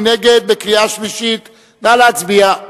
נא להצביע.